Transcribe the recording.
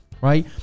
Right